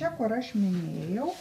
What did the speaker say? čia kur aš minėjau